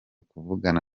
kuvugana